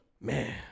man